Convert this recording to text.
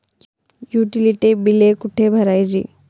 Utility बिले कुठे भरायची?